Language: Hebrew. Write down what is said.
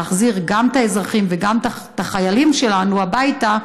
להחזיר גם את האזרחים וגם את החיילים שלנו הביתה,